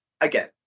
again